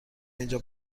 اینجا